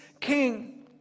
King